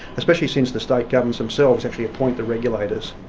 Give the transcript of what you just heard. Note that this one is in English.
especially since the state governments themselves actually appoint the regulators.